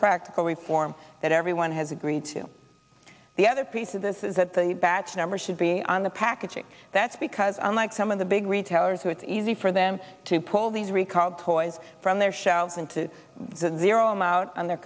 practical way form that everyone has agreed to the other piece of this is that the badge number should be on the packaging that's because unlike some of the big retailers who it's easy for them to pull these recalled toys from their shelves into the zero him out on their